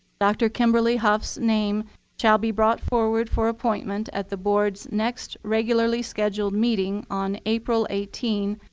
dr. kimberly hough's name shall be brought forward for appointment at the board's next regularly scheduled meeting on april eighteen,